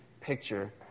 picture